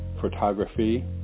photography